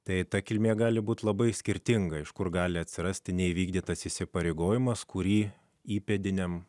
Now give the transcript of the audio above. tai ta kilmė gali būti labai skirtinga iš kur gali atsirasti neįvykdytas įsipareigojimas kurį įpėdiniams